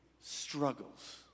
struggles